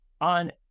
on